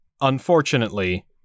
Unfortunately